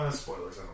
Spoilers